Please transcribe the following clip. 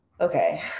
Okay